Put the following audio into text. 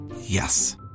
Yes